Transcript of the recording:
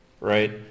right